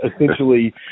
essentially